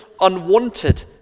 unwanted